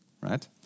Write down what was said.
right